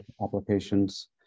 applications